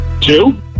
Two